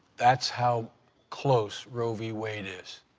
that's how close roe v. wade is.